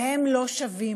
והם לא שבים.